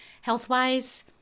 health-wise